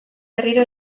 berriro